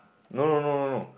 no no no no no